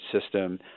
system